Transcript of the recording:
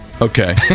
Okay